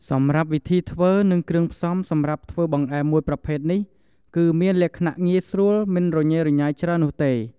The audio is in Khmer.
សម្រាប់វិធីធ្វើ និងគ្រឿងផ្សំសម្រាប់ធ្វើបង្អែមមួយប្រភេទនេះ គឺមានលក្ខណៈងាយស្រួលមិនរញ៉េរញ៉ៃច្រើននោះទេ។